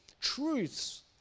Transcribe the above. truths